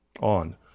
on